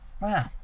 Wow